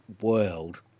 World